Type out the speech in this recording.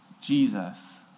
Jesus